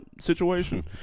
situation